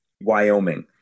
Wyoming